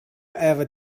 ever